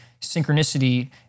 synchronicity